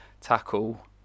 tackle